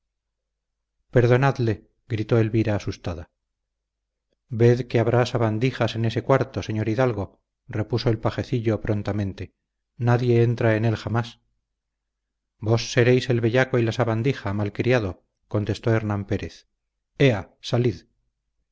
perdonadle gritó elvira asustada ved que habrá sabandijas en ese cuarto señor hidalgo repuso el pajecillo prontamente nadie entra en él jamás vos seréis el bellaco y la sabandija mal criado contestó hernán pérez ea salid